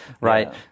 right